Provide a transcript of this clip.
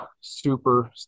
super